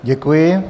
Děkuji.